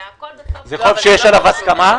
זה חוב שיש עליו הסכמה?